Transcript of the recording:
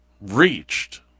reached